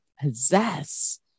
possess